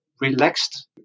relaxed